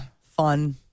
fun